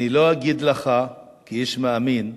אני לא אגיד לך, כאיש מאמין,